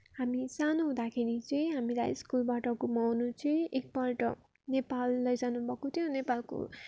हामी सानो हुँदाखेरि चाहिँ हामीलाई स्कुलबाट घुमाउनु चाहिँ एकपल्ट नेपाल लैजाउनु भएको थियो नेपालको